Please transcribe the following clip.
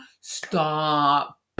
Stop